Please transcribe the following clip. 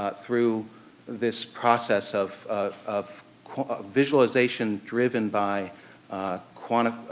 but through this process of of visualization driven by ah kind of